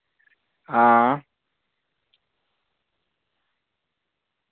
हां